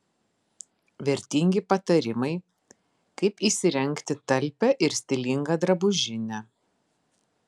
vertingi patarimai kaip įsirengti talpią ir stilingą drabužinę